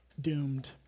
doomed